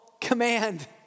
command